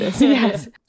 Yes